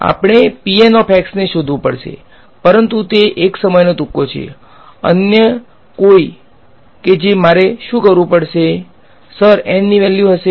આપણે ને શોધવુ પડશે પરંતુ તે 1 સમયનો તુક્કો છે અન્ય કોઈ કે જે મારે શુ કરવુ પડ્શે વિદ્યાર્થી સર N ની વેલ્યુ હશે